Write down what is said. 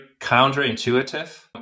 counterintuitive